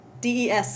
DES